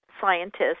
scientists